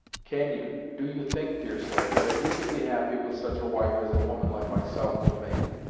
can you do you think, deerslayer, that you could be happy with such a wife as a woman like myself would make?